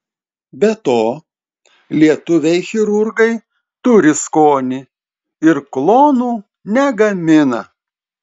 be to lietuviai chirurgai turi skonį ir klonų negamina